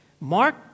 Mark